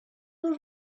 were